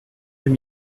deux